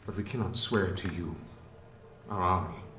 ah we cannot swear to you our army.